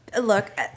look